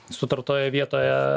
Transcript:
sutartoje vietoje